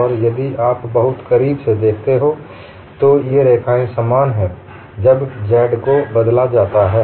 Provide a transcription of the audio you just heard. और यदि आप बहुत करीब से देखते हैं तो ये रेखाएं समान हैं जब z को बदला जाता है